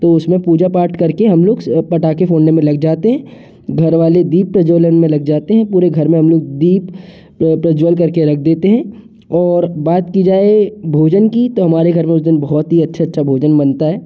तो उसमें पूजा पाठ करके हम लोग पटाखे फोड़ने में लग जाते हैं घरवाले दीप ज्वलन में लग जाते हैं पूरे घर में हम लोग दीप प्रज्ज्वल करके रख देते हैं और बात की जाए भोजन की तो हमारे घर में उस दिन बहुत ही अच्छा अच्छा भोजन बनता है